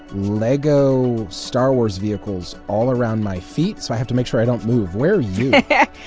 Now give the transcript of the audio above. lego star wars vehicles all around my feet, so i have to make sure i don't move. where are you.